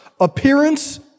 Appearance